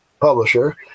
publisher